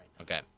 Okay